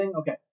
Okay